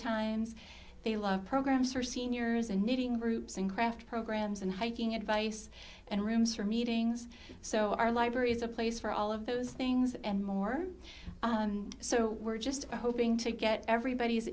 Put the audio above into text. times they love programs for seniors and knitting groups and craft programs and hiking advice and rooms for meetings so our library is a place for all of those things and more so we're just hoping to get everybody's